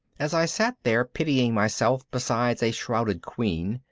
as i sat there pitying myself beside a shrouded queen,